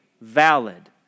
valid